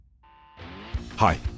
Hi